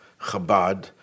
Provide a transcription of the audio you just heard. Chabad